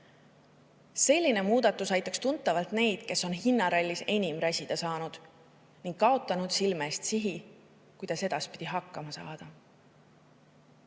Selline muudatus aitaks tuntavalt neid, kes on hinnarallis enim räsida saanud ning kaotanud silme eest sihi, kuidas edaspidi hakkama saada.